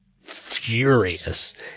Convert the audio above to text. furious